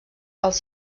els